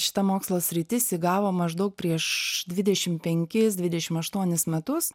šita mokslo sritis įgavo maždaug prieš dvidešim penkis dvidešim aštuonis metus